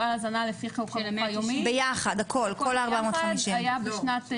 הכל ביחד היה בשנת 2020,